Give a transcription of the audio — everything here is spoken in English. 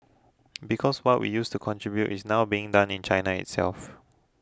because what we used to contribute is now being done in China itself